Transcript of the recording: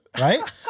right